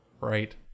right